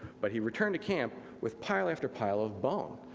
but he returned to camp with pile after pile of bone.